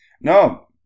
No